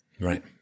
Right